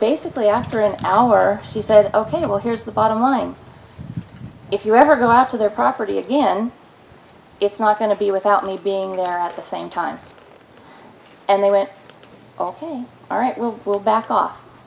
basically after an hour she said ok well here's the bottom line if you ever go after their property again it's not going to be without me being there at the same time and they went ok all right we will back off